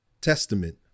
Testament